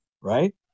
Right